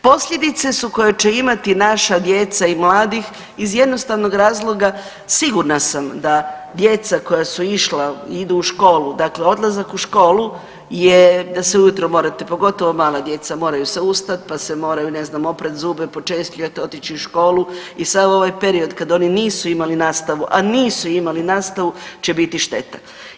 Posljedice su koje će imati naša djeca i mladi iz jednostavnog razloga sigurna sam da djeca koja su išla i idu u školu dakle, odlazak u školu je da se ujutro morate pogotovo mala djeca moraju se ustati, pa se moraju ne znam oprati zube, počešljati, otići u školu i sav ovaj period kada oni nisu imali nastavu a nisu imali nastavu će biti šteta.